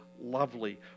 lovely